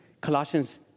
Colossians